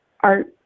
Art